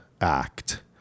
act